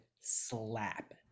slap